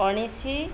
ଉଣିଶି